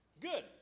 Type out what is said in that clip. Good